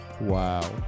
Wow